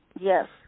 Yes